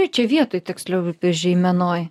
čia vietoj tiksliau upės žeimenoj